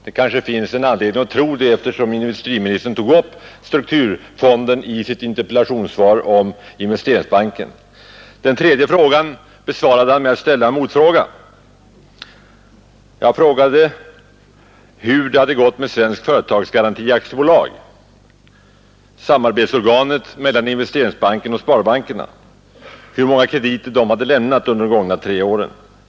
Det kanske finns anledning att tro det, eftersom industriministern tog upp strukturfonden i sitt interpellationssvar om Investeringsbanken. Den tredje frågan besvarade han med att ställa en motfråga. Jag frågade hur det hade gått med Svensk företagsgaranti AB, samarbetsorganet mellan Investeringsbanken och sparbankerna, och hur många krediter det företaget hade lämnat under de gångna tre åren.